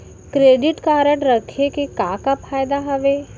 Credit card रखे के का का फायदा हवे?